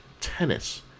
tennis